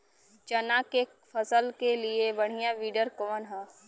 चना के फसल के लिए बढ़ियां विडर कवन ह?